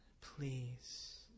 please